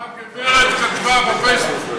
מה הגברת כתבה בפייסבוק?